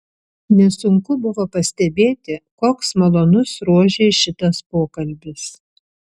nesunku buvo pastebėti koks malonus rožei šitas pokalbis